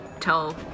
tell